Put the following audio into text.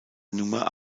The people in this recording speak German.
nummer